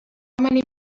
many